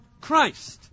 Christ